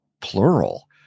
plural